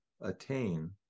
attain